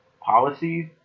policies